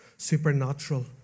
supernatural